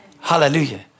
Hallelujah